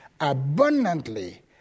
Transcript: abundantly